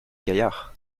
gaillard